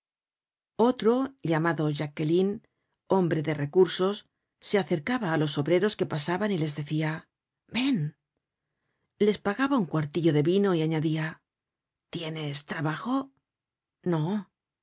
otro llamado jacqueline hombre de recursos se acercaba á los obreros que pasaban y les decia ven les pagaba un cuartillo de vino y añadia tienes trabajo no pues